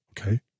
okay